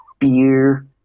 Fear